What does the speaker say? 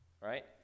Right